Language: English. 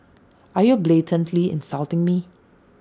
are you blatantly insulting me